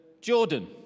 Jordan